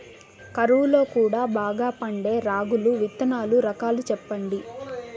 కరువు లో కూడా బాగా పండే రాగులు విత్తనాలు రకాలు చెప్పండి?